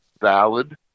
valid